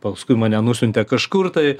paskui mane nusiuntė kažkur tai